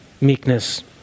Meekness